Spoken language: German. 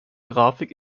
grafik